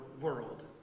world